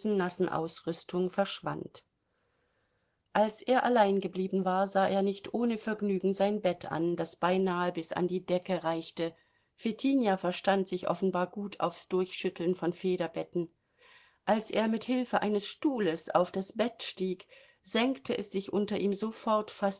nassen ausrüstung verschwand als er allein geblieben war sah er nicht ohne vergnügen sein bett an das beinahe bis an die decke reichte fetinja verstand sich offenbar gut aufs durchschütteln von federbetten als er mit hilfe eines stuhles auf das bett stieg senkte es sich unter ihm sofort